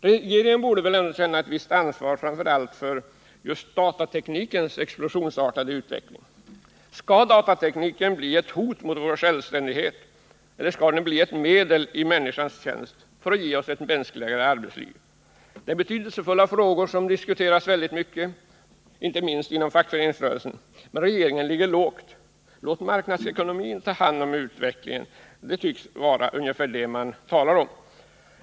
Regeringen borde ändå känna ett visst ansvar för framför allt datateknikens expansionsartade utveckling. Skall datatekniken bli ett hot mot vår självständighet, eller skall den bli ett medel i människans tjänst för att ge oss ett mänskligare arbetsliv? Det är betydelsefulla frågor som diskuteras mycket, inte minst inom fackföreningsrörelsen. Men regeringen ligger lågt. Låt marknadsekonomin ta hand om utvecklingen, tycks vara regeringens åsikt.